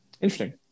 Interesting